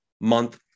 month